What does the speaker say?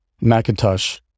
Macintosh